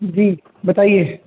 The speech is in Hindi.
जी बताइए